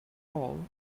all